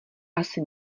asi